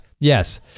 yes